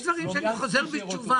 יש דברים שאני חוזר בתשובה.